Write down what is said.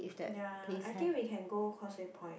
ya I think we can go Causeway Point eh